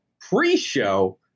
pre-show